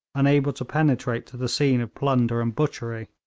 unable to penetrate to the scene of plunder and butchery.